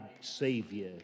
Savior